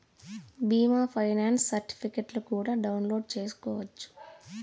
బీమా ఫైనాన్స్ సర్టిఫికెట్లు కూడా డౌన్లోడ్ చేసుకోవచ్చు